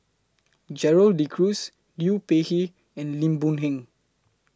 Gerald De Cruz Liu Peihe and Lim Boon Heng